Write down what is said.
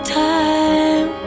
time